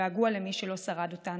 הגעגוע למי שלא שרד אותן,